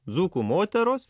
dzūkų moteros